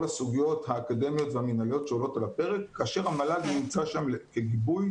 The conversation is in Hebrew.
הסוגיות האקדמיות והמנהליות שעולות על הפרק כאשר המל"ג נמצא שם לגיבוי